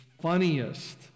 funniest